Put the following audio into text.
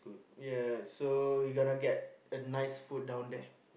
ya so you gonna get a nice food down there